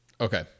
Okay